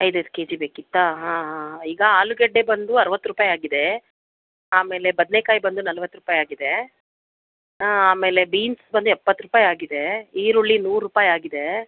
ಐದೈದು ಕೆಜಿ ಬೇಕಿತ್ತಾ ಹಾಂ ಹಾಂ ಈಗ ಆಲೂಗಡ್ಡೆ ಬಂದು ಅರವತ್ತು ರೂಪಾಯಿ ಆಗಿದೆ ಆಮೇಲೆ ಬದನೇಕಾಯಿ ಬಂದು ನಲವತ್ತು ರೂಪಾಯಿ ಆಗಿದೆ ಆಮೇಲೆ ಬೀನ್ಸ್ ಬಂದು ಎಪ್ಪತ್ತು ರೂಪಾಯಿ ಆಗಿದೆ ಈರುಳ್ಳಿ ನೂರು ರೂಪಾಯಿ ಆಗಿದೆ